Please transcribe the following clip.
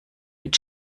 mit